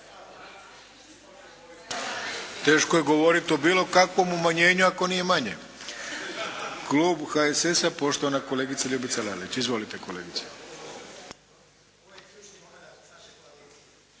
Teško je govoriti o bilo kakvom umanjenju ako nije manje. Klub HSS-a, poštovana kolegica Ljubica Lalić. Izvolite kolegice!